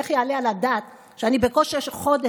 איך יעלה על הדעת שאני בקושי חודש,